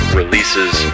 releases